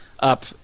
up